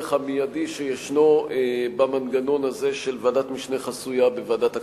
לצורך המיידי שישנו במנגנון הזה של ועדת משנה חסויה בוועדת הכספים.